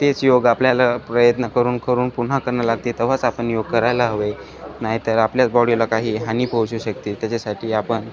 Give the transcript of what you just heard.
तेच योग आपल्याला प्रयत्न करून करून पुन्हा करणं लागते तेव्हाच आपण योग करायला हवे नाहीतर आपल्याच बॉडीला काही हानी पोहोचू शकते त्याच्यासाठी आपण